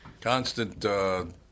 Constant